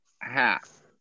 half